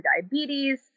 diabetes